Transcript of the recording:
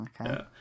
Okay